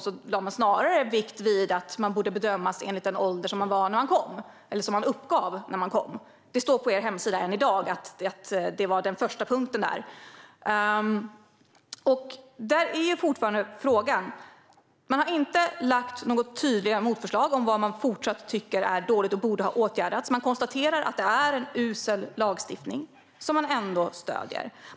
Då lade man snarare vikt vid att man skulle bedömas enligt den ålder man hade när man kom eller som man uppgav när man kom. Det står på er hemsida än i dag att detta var den första punkten. Man har fortfarande inte lagt fram några tydliga motförslag när det gäller sådant man tycker är dåligt och borde åtgärdas. Man konstaterar att detta är en usel lagstiftning, men man stöder den ändå.